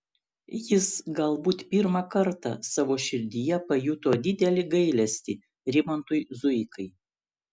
jis galbūt pirmą kartą savo širdyje pajuto didelį gailestį rimantui zuikai